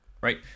Right